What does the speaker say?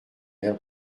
air